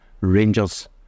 Rangers